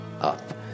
up